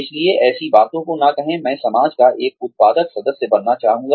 इसलिए ऐसी बातों को न कहें मैं समाज का एक उत्पादक सदस्य बनना चाहूँगा